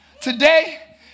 Today